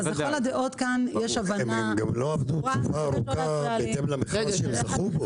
אז לכל הדעות כאן יש כאן הבנה ברורה --- זה בהתאם למכרז שהם זכו בו.